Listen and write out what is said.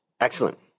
Excellent